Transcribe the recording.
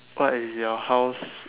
what is your house